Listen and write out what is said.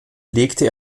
legte